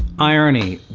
irony